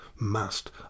Must